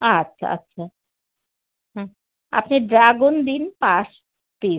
আচ্ছা আচ্ছা হুম আপনি ড্রাগন দিন পাঁচ পিস